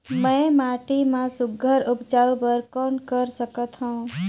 मैं माटी मा सुघ्घर उपजाऊ बर कौन कर सकत हवो?